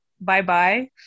bye-bye